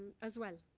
as well.